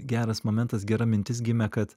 geras momentas gera mintis gimė kad